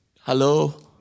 Hello